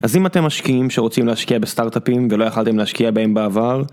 אז אם אתם משקיעים שרוצים להשקיע בסטארט-אפים ולא יכלתם להשקיע בהם בעבר